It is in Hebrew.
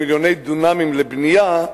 או מיליוני דונמים לבנייה,